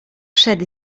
przed